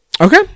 Okay